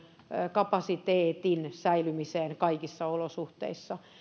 kapasiteetin säilymiseen kaikissa olosuhteissa